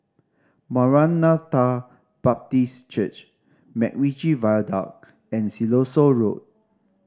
Maranatha Baptist Church MacRitchie Viaduct and Siloso Road